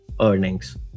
earnings